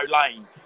Lane